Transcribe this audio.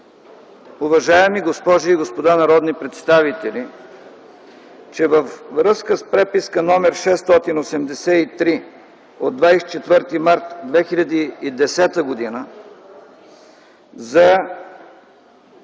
уважаеми госпожи и господа народни представители, че във връзка с преписка № 683 от 24 март 2010 г.